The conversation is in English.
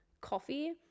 coffee